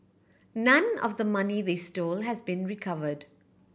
none of the money they stole has been recovered